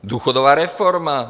Důchodová reforma?